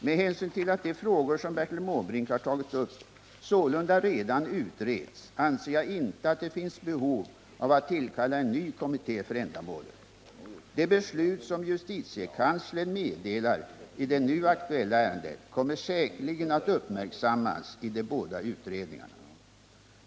Med hänsyn till att de frågor som Bertil Måbrink har tagit upp sålunda redan utreds, anser jag inte att det finns behov av att tillkalla en ny kommitté för ändamålet. Det beslut som justitiekanslern meddelar i det nu aktuella ärendet kommer säkerligen att uppmärksammas i de båda utredningarna.